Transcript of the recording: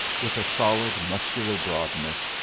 with a solid, muscular broadness,